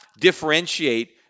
differentiate